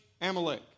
Amalek